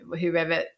whoever